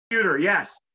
Yes